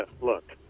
look